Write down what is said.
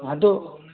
हाँ तो